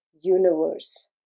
universe